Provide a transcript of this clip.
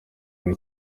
kuri